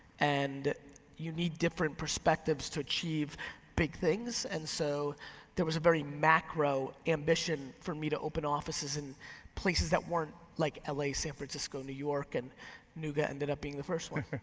and you need different perspectives to achieve big things. and so there was a very macro ambition from me to open offices in places that weren't like la, san francisco, new york, and nooga ended up being the first one.